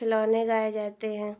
खिलौने गाए जाते हैं